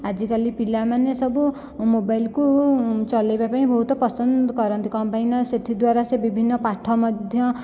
ଆଜିକାଲି ପିଲାମାନେ ସବୁ ମୋବାଇଲ୍କୁ ଚଳାଇବା ପାଇଁ ବହୁତ ପସନ୍ଦ କରନ୍ତି କ'ଣ ପାଇଁ ନା ସେଥିଦ୍ୱାରା ସେ ବିଭିନ୍ନ ପାଠ ମଧ୍ୟ